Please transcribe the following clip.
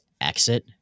exit